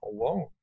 alone